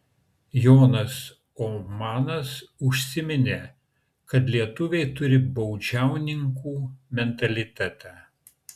johnas ohmanas užsiminė kad lietuviai turi baudžiauninkų mentalitetą